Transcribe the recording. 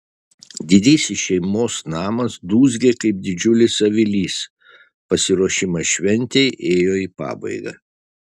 didysis šeimos namas dūzgė kaip didžiulis avilys pasiruošimas šventei ėjo į pabaigą